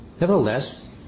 Nevertheless